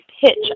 pitch